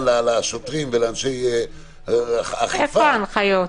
לשוטרים ולאנשי האכיפה --- איפה ההנחיות?